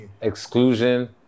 exclusion